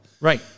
Right